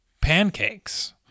pancakes